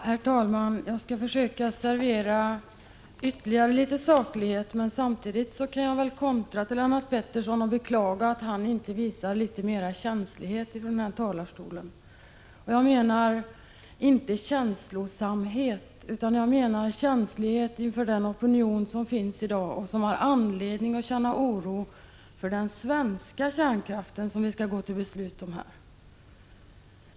Herr talman! Jag skall försöka servera ytterligare litet saklighet, men samtidigt kan jag kontra med att beklaga att Lennart Pettersson inte visar litet mer känslighet från talarstolen. Jag menar inte känslosamhet, utan känslighet inför den opinion som i dag finns och som har anledning att känna oro för den svenska kärnkraften, som vi här skall fatta beslut om.